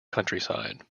countryside